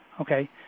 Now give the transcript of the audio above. okay